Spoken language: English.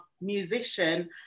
musician